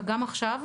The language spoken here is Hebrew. וגם עכשיו,